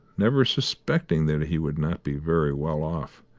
never suspecting that he would not be very well off.